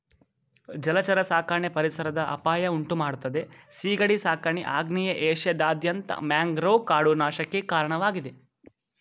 ಜಲಚರ ಸಾಕಣೆ ಪರಿಸರದ ಅಪಾಯ ಉಂಟುಮಾಡ್ತದೆ ಸೀಗಡಿ ಸಾಕಾಣಿಕೆ ಆಗ್ನೇಯ ಏಷ್ಯಾದಾದ್ಯಂತ ಮ್ಯಾಂಗ್ರೋವ್ ಕಾಡು ನಾಶಕ್ಕೆ ಕಾರಣವಾಗಿದೆ